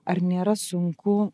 ar nėra sunku